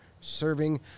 serving